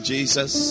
Jesus